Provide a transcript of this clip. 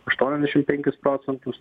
aštuoniasdešim penkis procentus